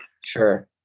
Sure